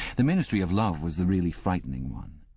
the ministry of love was the really frightening one.